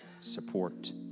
Support